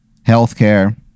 Healthcare